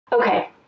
Okay